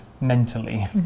mentally